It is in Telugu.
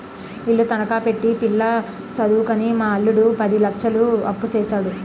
ఇల్లు తనఖా పెట్టి పిల్ల సదువుకని మా అల్లుడు పది లచ్చలు అప్పుసేసాడు